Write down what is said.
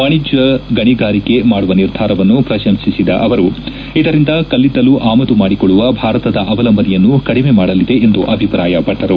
ವಾಣಿಜ್ಞ ಗಣಿಗಾರಿಕೆ ಮಾಡುವ ನಿರ್ಧಾರವನ್ನು ಪ್ರಶಂಸಿಸಿದ ಅವರು ಇದರಿಂದ ಕಳ್ಳಿದ್ದಲು ಆಮದು ಮಾಡಿಕೊಳ್ಳಲು ಭಾರತದ ಅವಲಂಬನೆಯನ್ನು ಕಡಿಮೆ ಮಾಡಲಿದೆ ಎಂದು ಅಭಿಪ್ರಾಯಪಟ್ಟರು